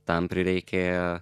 tam prireikė